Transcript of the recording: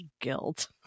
guilt